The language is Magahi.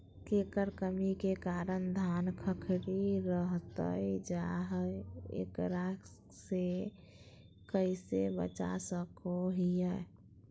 केकर कमी के कारण धान खखड़ी रहतई जा है, एकरा से कैसे बचा सको हियय?